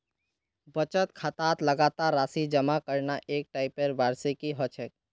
बचत खातात लगातार राशि जमा करना एक टाइपेर वार्षिकी ह छेक